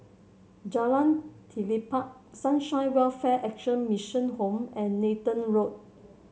Jalan Telipok Sunshine Welfare Action Mission Home and Nathan Road